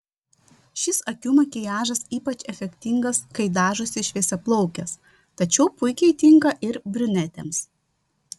šis akių makiažas ypač efektingas kai dažosi šviesiaplaukės tačiau puikiai tinka ir brunetėms